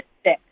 stick